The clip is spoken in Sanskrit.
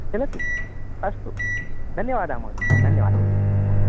चलति अस्तु धन्यवादः महोदया धन्यवादः आम्